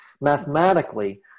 mathematically